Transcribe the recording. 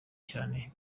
cyane